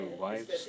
wives